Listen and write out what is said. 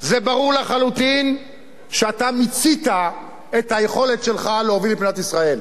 ברור לחלוטין שאתה מיצית את היכולת שלך להוביל את מדינת ישראל.